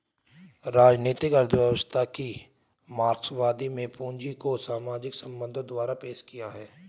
राजनीतिक अर्थव्यवस्था की मार्क्सवादी में पूंजी को सामाजिक संबंधों द्वारा पेश किया है